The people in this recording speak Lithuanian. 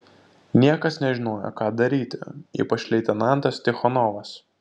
niekas nežinojo ką daryti ypač leitenantas tichonovas